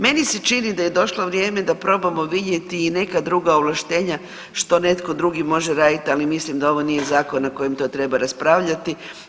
Meni se čini da je došlo vrijeme da probamo vidjeti i neka druga ovlaštenja što netko drugi može raditi, ali mislim da ovo nije zakon na kojem to treba raspravljati.